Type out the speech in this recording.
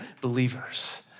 believers